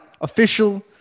official